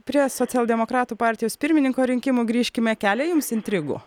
prie socialdemokratų partijos pirmininko rinkimų grįžkime kelia jums intrigų